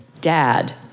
dad